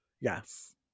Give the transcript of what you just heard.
Yes